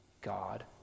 God